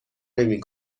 نمی